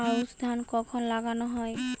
আউশ ধান কখন লাগানো হয়?